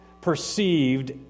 perceived